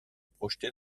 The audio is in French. projetée